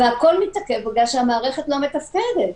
הכול מתעכב בגלל שהמערכת לא מתפקדת.